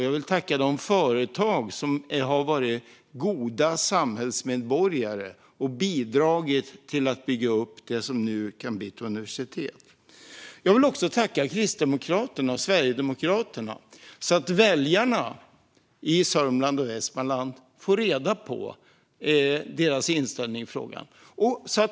Jag vill tacka de företag som har varit goda samhällsmedborgare genom att de har bidragit till att bygga upp det som nu kan bli ett universitet. Jag vill också tacka Kristdemokraterna och Sverigedemokraterna för att väljarna i Sörmland och Västmanland får reda på deras inställning i frågan.